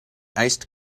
iced